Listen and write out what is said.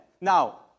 Now